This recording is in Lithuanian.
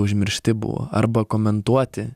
užmiršti buvo arba komentuoti